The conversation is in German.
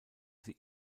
sie